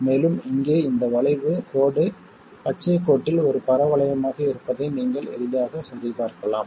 மேலும் இங்கே இந்த வளைவு கோடு பச்சைக் கோட்டில் ஒரு பரவளையமாக இருப்பதை நீங்கள் எளிதாகச் சரிபார்க்கலாம்